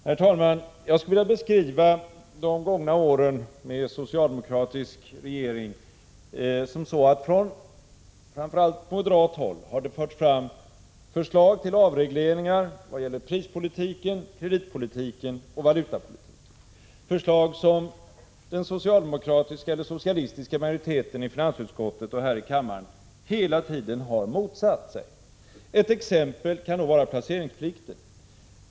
Herr talman! Jag skulle vilja beskriva de gångna åren med socialdemokratisk regering så, att det från framför allt moderat håll har förts fram förslag till avregleringar vad gäller prispolitiken, kreditpolitiken och valutapolitiken, förslag som den socialistiska majoriteten i finansutskottet och här i kammaren hela tiden har motsatt sig. Ett exempel kan vara placeringsplikten.